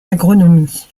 agronomie